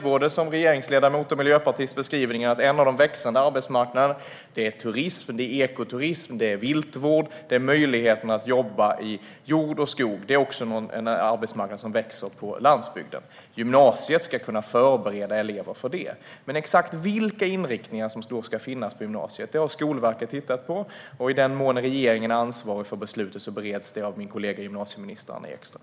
Både som regeringsledamot och miljöpartist delar jag helt beskrivningen att det finns en växande arbetsmarknad inom turism, ekoturism, viltvård, jord och skog, och den växer även på landsbygden. Gymnasiet ska kunna förbereda elever för detta. Men exakt vilka inriktningar som ska finnas på gymnasiet har Skolverket tittat på. I den mån regeringen är ansvarig för beslutet bereds det av min kollega gymnasieminister Anna Ekström.